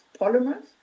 polymers